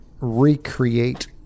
recreate